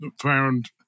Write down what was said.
found